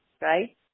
Right